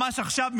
ממש עכשיו,